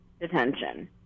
detention